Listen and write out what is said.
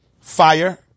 Fire